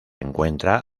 encuentra